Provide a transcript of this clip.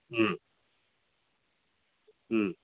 ꯎꯝ ꯎꯝ